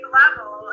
level